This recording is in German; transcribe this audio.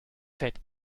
fett